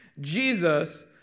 Jesus